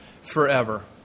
forever